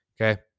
Okay